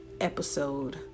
episode